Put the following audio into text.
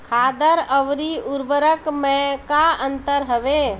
खादर अवरी उर्वरक मैं का अंतर हवे?